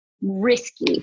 risky